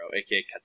aka